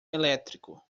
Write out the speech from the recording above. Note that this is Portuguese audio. elétrico